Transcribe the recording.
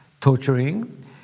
torturing